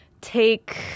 take